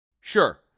Sure